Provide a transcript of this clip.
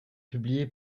publier